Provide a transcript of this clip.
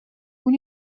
اون